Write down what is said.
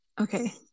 okay